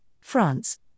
France